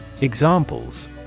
Examples